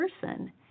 person